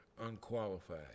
unqualified